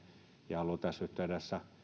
ja haluan tässä yhteydessä